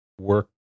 work